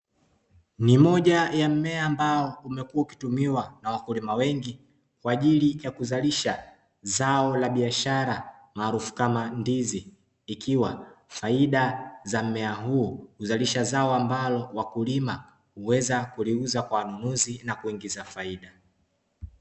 Ni moja ya mmea ambao kumekuwa ukitumiwa na wakulima wengi kwa ajili ya kuzalisha zao la biashara maarufu kama ndizi, ikiwa faida za mmea huu uzalisha zao ambalo wakulima huweza kuliuza kwa ununuzi na kuingiza faida.